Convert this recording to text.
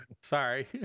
sorry